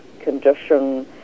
condition